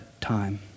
time